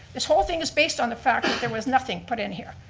this whole thing is based on the fact that there was nothing put in here.